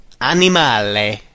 Animale